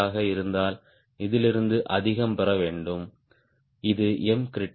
8 ஆக இருந்தால் இதிலிருந்து அதிகம் பெற வேண்டாம்